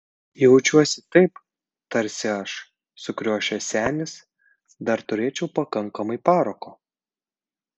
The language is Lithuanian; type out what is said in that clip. jaučiuosi taip tarsi aš sukriošęs senis dar turėčiau pakankamai parako